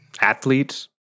athletes